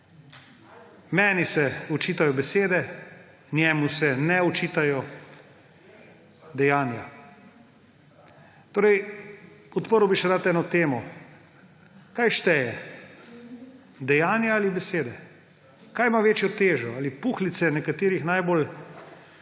Meni se očitajo besede, njemu se ne očitajo dejanja. Odprl bi še rad eno temo − kaj šteje: dejanja ali besede? Kaj ima večjo težo, ali puhlice nekaterih najbolj